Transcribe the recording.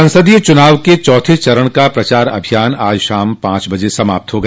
संसदीय चुनाव के चौथे चरण का प्रचार अभियान आज शाम पांच बजे समाप्त हो गया